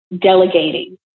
delegating